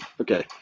Okay